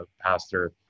pastor